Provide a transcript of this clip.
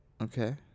okay